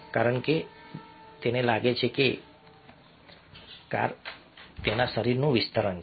કારણ કે તેને લાગે છે કે કાર તેના શરીરનું વિસ્તરણ છે